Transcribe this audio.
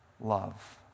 love